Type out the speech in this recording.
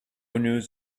news